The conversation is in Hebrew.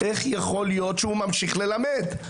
איך יכול להיות שהוא ממשיך ללמד?